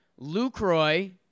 Lucroy